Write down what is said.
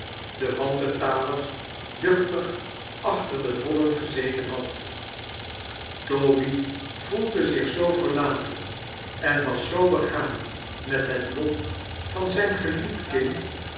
de wanbetalers duchtdg achter de voddetn gezeten had toby voafcte zich zoo verlaten en was zoo begaan met het lot van zijn geliefd kind